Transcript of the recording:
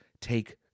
take